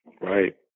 Right